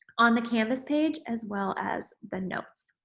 on the canvas page, as well as, the notes.